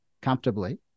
comfortably